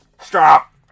stop